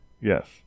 Yes